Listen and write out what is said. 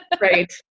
right